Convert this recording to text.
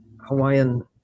Hawaiian